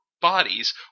bodies